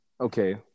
okay